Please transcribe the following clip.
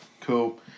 cool